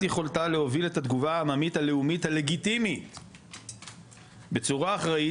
יכולתה להוביל את התגובה העממית הלאומית הלגיטימית בצורה אחראית,